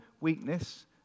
weakness